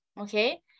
Okay